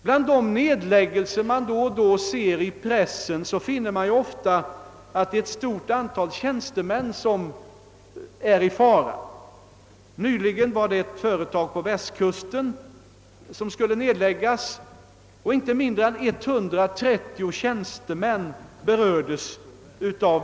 Bland de nedläggelser man då och då läser om i pressen finner man ofta, att det är ett stort antal tjänstemän som är i fara. Nyligen var det ett företag på västkusten som skulle nedläggas, varvid inte mindre än 130 tjänstemän berördes.